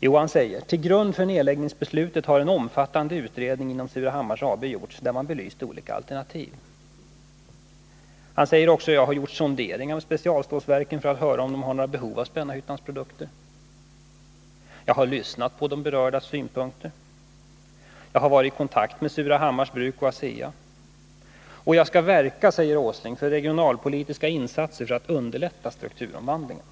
Jo, han säger: Till grund för nedläggningsbeslutet har en omfattande utredning inom Surahammars Bruks AB gjorts, i vilka man belyst olika alternativ. Han säger också: Jag har gjort sonderingar hos specialstålsverken för att höra om de har något behov av Spännarhyttans produkter. Jag har lyssnat på de berördas synpunkter. Jag har varit i kontakt med Surahammars Bruks AB och ASEA. Vidare säger Nils Åsling: Jag skall verka för regionalpolitiska insatser för att underlätta strukturomvandlingen.